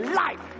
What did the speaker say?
life